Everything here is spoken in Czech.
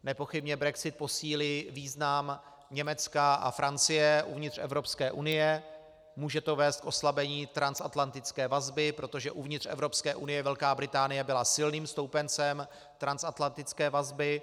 Nepochybně brexit posílí význam Německa a Francie uvnitř Evropské unie, může to vést k oslabení transatlantické vazby, protože uvnitř Evropské unie Velká Británie byla silným stoupencem transatlantické vazby.